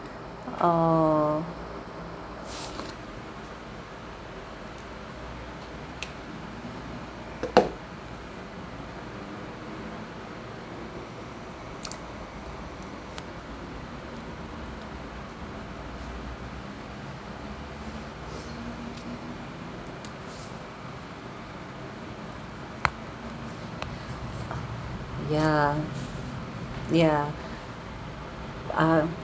!aww! ya ya um